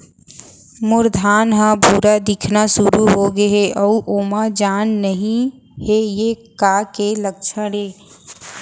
मोर धान ह भूरा दिखना शुरू होगे हे अऊ ओमा जान नही हे ये का के लक्षण ये?